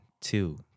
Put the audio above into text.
two